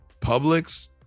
Publix